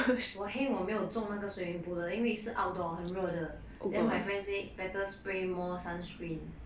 我 heng 我没有中那个 swimming pool 的因为是 outdoor 很热的 then my friend say better spray more sunscreen